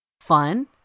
Fun